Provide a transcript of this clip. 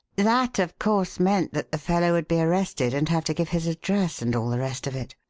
that, of course, meant that the fellow would be arrested and have to give his address and all the rest of it?